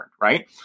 right